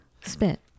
spit